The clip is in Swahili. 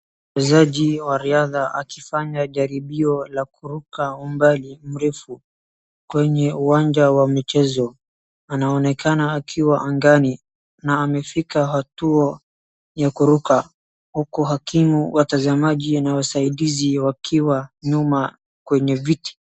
Mchezaji wa riadha akifanya jaribio la kuruka umbali mrefu kwenye uwanja wa michezo, anaonekana akiwa angani na amefika hatua ya kuruka. Huku hakimu, watazamaji na wasaidizi wakiwa nyuma kwenye viti.